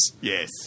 Yes